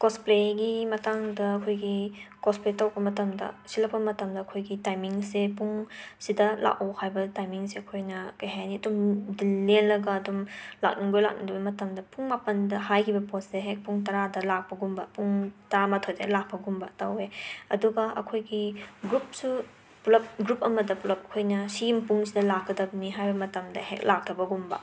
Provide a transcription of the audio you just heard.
ꯀꯣꯁꯄ꯭ꯂꯦꯒꯤ ꯃꯇꯥꯡ ꯑꯩꯈꯣꯏꯒꯤ ꯀꯣꯁꯄ꯭ꯂꯦ ꯇꯧꯔꯛꯄ ꯃꯇꯝꯗ ꯁꯤꯂꯛꯄ ꯃꯇꯝꯗ ꯑꯩꯈꯣꯏꯒꯤ ꯇꯥꯏꯃꯤꯡꯁꯦ ꯄꯨꯡ ꯁꯤꯗ ꯂꯥꯛꯑꯣ ꯍꯥꯏꯕ ꯇꯥꯏꯃꯤꯡꯁꯦ ꯑꯩꯈꯣꯏꯅ ꯀꯩ ꯍꯥꯏꯅꯤ ꯑꯗꯨꯝ ꯗꯤꯜ ꯂꯦꯜꯂꯒ ꯑꯗꯨꯝ ꯂꯥꯛꯅꯤꯡꯕꯣꯏ ꯂꯥꯛꯅꯤꯡꯗꯕꯣꯏ ꯇꯧꯕ ꯃꯇꯝꯗ ꯄꯨꯡ ꯃꯥꯄꯟꯗ ꯍꯥꯏꯈꯤꯕ ꯄꯣꯠꯁꯦ ꯍꯦꯛ ꯄꯨꯡ ꯇꯔꯥꯗ ꯂꯥꯛꯄꯒꯨꯝꯕ ꯄꯨꯡ ꯇꯔꯥꯃꯥꯊꯣꯏꯗ ꯂꯥꯛꯄꯒꯨꯝꯕ ꯇꯧꯋꯦ ꯑꯗꯨꯒ ꯑꯩꯈꯣꯏꯒꯤ ꯒ꯭ꯔꯨꯞꯁꯨ ꯄꯨꯂꯞ ꯒ꯭ꯔꯨꯞ ꯑꯃꯗ ꯄꯨꯂꯞ ꯑꯩꯈꯣꯏꯅ ꯁꯤ ꯄꯨꯡꯁꯤꯗ ꯂꯥꯛꯀꯗꯕꯅꯤ ꯍꯥꯏꯕ ꯃꯇꯝꯗ ꯍꯦꯛ ꯂꯥꯛꯇꯕꯒꯨꯝꯕ